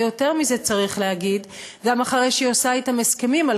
ויותר מזה צריך להגיד: גם אחרי שהיא עושה אתם הסכמים על